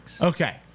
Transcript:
Okay